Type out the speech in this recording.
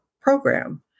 program